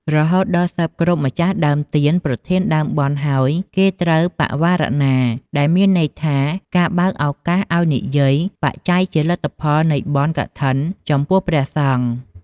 រហូតដល់សព្វគ្រប់ម្ចាស់ដើមទានប្រធានដើមបុណ្យហើយគេត្រូវ បវារណា ដែលមានន័យថា ការបើកឱកាសឱ្យនិយាយ បច្ច័យជាលទ្ធផលនៃបុណ្យកឋិនចំពោះព្រះសង្ឃ